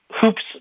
hoops